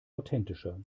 authentischer